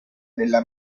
della